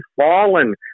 fallen